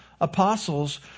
apostles